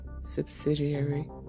subsidiary